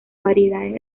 variedades